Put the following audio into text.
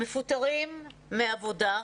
מפוטרים מעבודה,